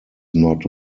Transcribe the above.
not